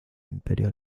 imperio